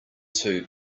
too